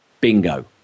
Bingo